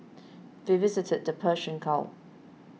we visited the Persian Gulf